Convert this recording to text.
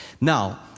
Now